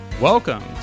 Welcome